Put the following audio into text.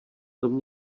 tom